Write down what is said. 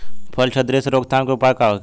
फली छिद्र से रोकथाम के उपाय का होखे?